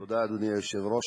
תודה, אדוני היושב-ראש.